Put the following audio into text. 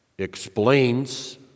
explains